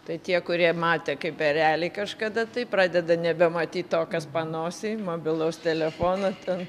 tai tie kurie matė kaip ereliai kažkada tai pradeda nebematyt to kas panosėj mobilaus telefono ten